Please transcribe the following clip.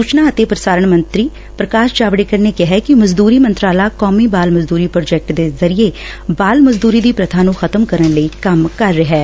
ਸੁਚਨਾ ਅਤੇ ਪ੍ਰਸਾਰਣ ਮੰਤਰੀ ਪ੍ਰਕਾਸ਼ ਜਾਵੜੇਕਰ ਨੇ ਕਿਹੈ ਕਿ ਮਜ਼ਦੂਰੀ ਮੰਤਰਾਲਾ ਕੌਮੀ ਬਾਲ ਮਜ਼ਦੂਰੀ ਪ੍ਰੋਜੈਕਟ ਦੇ ਜ਼ਰੀਏ ਬਾਲ ਮਜ਼ਦੂਰੀ ਦੀ ਪ੍ਰਬਾ ਨੂੰ ਖ਼ਤਮ ਕਰਨ ਲਈ ਕੰਮ ਕਰ ਰਿਹੈ